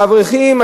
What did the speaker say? האברכים,